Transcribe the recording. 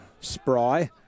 Spry